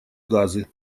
газы